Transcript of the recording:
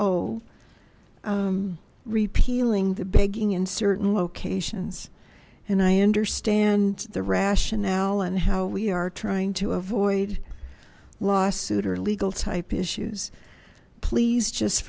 zero repealing the begging in certain locations and i understand the rationale and how we are trying to avoid lawsuit or legal type issues please just